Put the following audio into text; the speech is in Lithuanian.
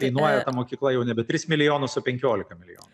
kainuoja ta mokykla jau nebe tris milijonus o penkiolika milijonų